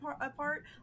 apart